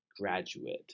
graduate